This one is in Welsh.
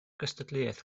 gystadleuaeth